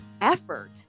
effort